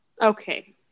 Okay